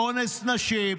אונס נשים,